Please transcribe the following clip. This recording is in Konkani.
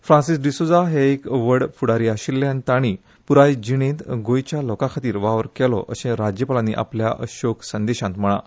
फ्रांसिस डिसोझा हे एक व्हड फ्डारी आशिल्ले आनी ताणी प्राय जीण गोयच्या लोकांखातीर वावर केलो अशे राज्यपालानी आपल्या शोकसंदेशात म्हळा